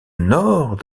nord